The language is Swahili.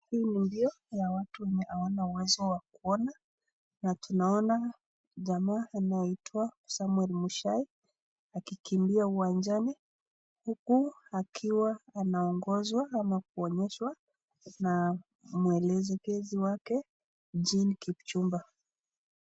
Hii ni mbio ya watu hawana uwezo wa kuona na tunaona jamaa anayeitwa Samwel mushai akikimbia uwanjani huku akiwa anaongozwa ama kuonyeshwa na mwelekezi wake Jane kipchumba.